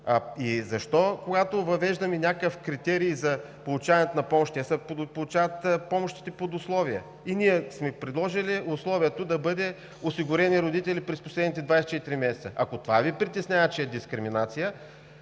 Защо когато въвеждаме някакъв критерий за получаване на помощи – помощите се получават под условие, и ние сме предложили условието да бъде осигурени родители през последните 24 месеца – ако това Ви притеснява, че е дискриминация,